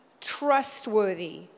trustworthy